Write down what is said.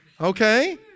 Okay